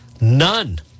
None